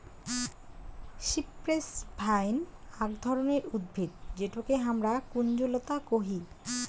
cypress vine আক ধরণের উদ্ভিদ যেটোকে হামরা কুঞ্জলতা কোহি